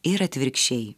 ir atvirkščiai